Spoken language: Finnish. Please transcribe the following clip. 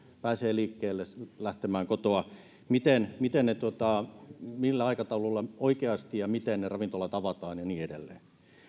pääsee liikkeelle lähtemään kotoa millä aikataululla ja miten oikeasti ne ravintolat avataan ja niin edelleen